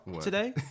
today